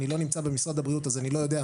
אני לא נמצא במשרד הבריאות אז אני לא יודע.